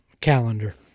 calendar